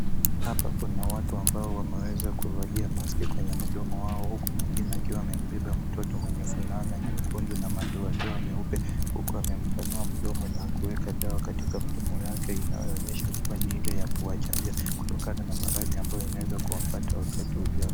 Hapa kuna watu ambao wameweza kuvalia maski kwenye mdomo wao huku mwingine akiwa amebeba mtoto mwenye fulana nyekundu na madoadoa meupe huku amempanua mdomo na kuweka dawa katika mdomo yake inayoonyesha kuwa ni ile ya kuwachanja kutokana na maradhi ambayo inayoweza kuwapata wakati ujao.